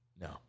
No